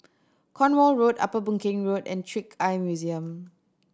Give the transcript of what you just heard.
Cornwall Road Upper Boon Keng Road and Trick Eye Museum